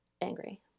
angry